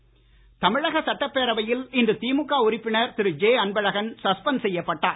அன்பழகன் தமிழக சட்டப்பேரவையில் இன்று திமுக உறுப்பினர் திரு ஜெ அன்பழகன் சஸ்பென்ட் செய்யப்பட்டார்